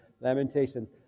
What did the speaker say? Lamentations